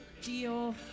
Deal